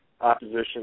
opposition